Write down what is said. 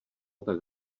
tak